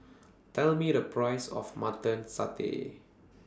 Tell Me The Price of Mutton Satay